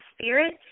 Spirit